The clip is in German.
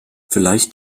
vielleicht